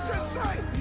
outside.